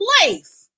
place